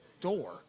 door